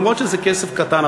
למרות שזה כסף קטן,